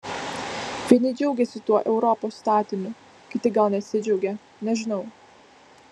vieni džiaugiasi tuo europos statiniu kiti gal nesidžiaugia nežinau